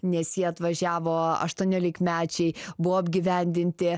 nes jie atvažiavo aštuoniolikmečiai buvo apgyvendinti